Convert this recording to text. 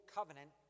Covenant